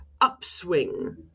upswing